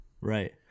Right